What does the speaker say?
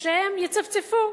שהם יצפצפו,